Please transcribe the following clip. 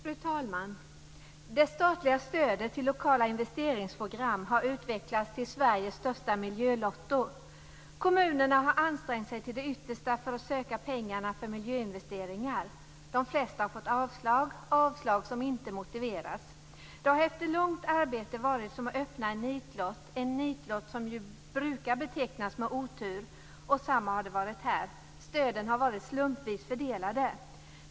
Fru talman! Det statliga stödet till lokala investeringsprogram har utvecklats till Sveriges största miljölotto. Kommunerna har ansträngt sig till det yttersta för att söka pengarna för miljöinvesteringar. De flesta har fått avslag, avslag som inte motiverats. Det har efter långt arbete varit som att öppna en nitlott, en nitlott som ju brukar betecknas som otur. Och samma sak har det varit här. Stöden har varit slumpvis fördelade.